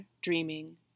dreaming